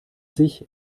sich